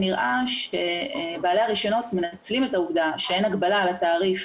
נראה שבעלי הרשיונות מנצלים את העובדה שאין הגבלה על התעריף